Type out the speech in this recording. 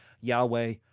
Yahweh